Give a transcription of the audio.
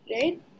right